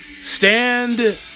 Stand